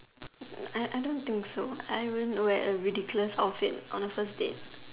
I I don't think so I wouldn't wear a ridiculous outfit on a first date